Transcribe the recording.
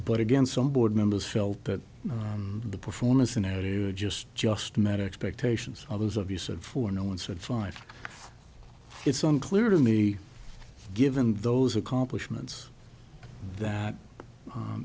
but again some board members felt that the performance scenario just just met expectations of those of us and for no one said fine it's unclear to me given those accomplishments that